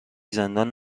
زندان